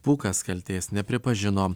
pūkas kaltės nepripažino